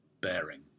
bearing